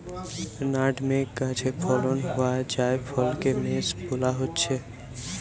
nutmeg গাছে ফলন হোয়া জায়ফলকে মেস বোলা হচ্ছে